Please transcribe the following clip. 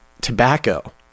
tobacco